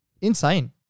insane